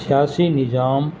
سیاسی نظام